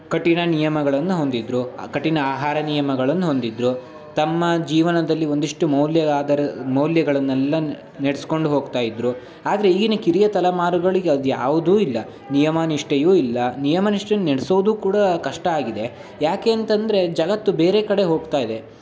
ಕಠಿಣ ನಿಯಮಗಳನ್ನ ಹೊಂದಿದ್ದರು ಕಠಿಣ ಆಹಾರ ನಿಯಮಗಳನ್ನು ಹೊಂದಿದ್ದರು ತಮ್ಮ ಜೀವನದಲ್ಲಿ ಒಂದಿಷ್ಟು ಮೌಲ್ಯ ಆದರ ಮೌಲ್ಯಗಳನ್ನೆಲ್ಲ ನೆಡೆಸ್ಕೊಂಡು ಹೋಗ್ತಾ ಇದ್ದರು ಆದರೆ ಈಗಿನ ಕಿರಿಯ ತಲೆಮಾರುಗಳಿಗೆ ಅದು ಯಾವುದೂ ಇಲ್ಲ ನಿಯಮ ನಿಷ್ಠೆಯೂ ಇಲ್ಲ ನಿಯಮ ನಿಷ್ಠೇನ್ನ ನೆಡೆಸೋದು ಕೂಡ ಕಷ್ಟ ಆಗಿದೆ ಯಾಕೆ ಅಂತಂದರೆ ಜಗತ್ತು ಬೇರೆ ಕಡೆ ಹೋಗ್ತಾ ಇದೆ